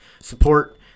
Support